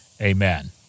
Amen